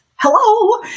hello